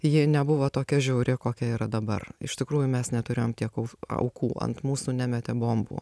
ji nebuvo tokia žiauri kokia yra dabar iš tikrųjų mes neturėjom tiek aukų ant mūsų nemetė bombų